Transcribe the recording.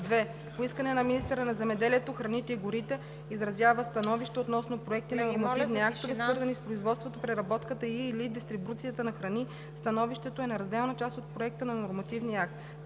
2. по искане на министъра на земеделието, храните и горите изразява становище относно проекти на нормативни актове, свързани с производството, преработката и/или дистрибуцията на храни; становището е неразделна част от проекта на нормативния акт;